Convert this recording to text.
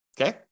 okay